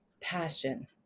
passion